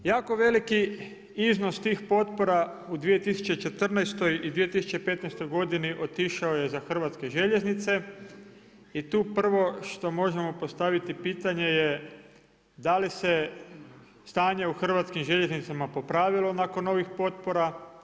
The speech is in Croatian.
Jako veliki iznos tih potpora u 2014. i 2015. godini otišao je za Hrvatske željeznice i tu prvo što možemo postaviti pitanje je da li se stanje u Hrvatskim željeznicama popravilo nakon ovih potpora.